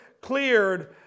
cleared